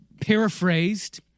paraphrased